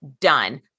done